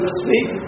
speak